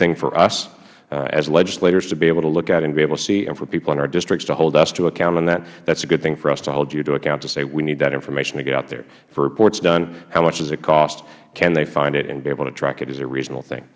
thing for us as legislators to be able to look at and be able to see and for people in our districts to hold us to account on that that is a good thing for us to hold you to account to say we need that information to get out there for reports done how much does it cost can they find it and be able to track it is a reasonable thing